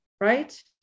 right